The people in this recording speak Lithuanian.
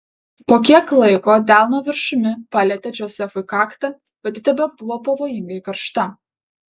po kiek laiko delno viršumi palietė džozefui kaktą bet ji tebebuvo pavojingai karšta